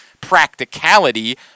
practicality